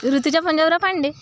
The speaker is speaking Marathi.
ऋतुजा पंजाबराव पांडे